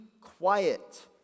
quiet